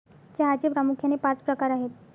चहाचे प्रामुख्याने पाच प्रकार आहेत